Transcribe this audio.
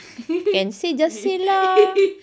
can say just say lah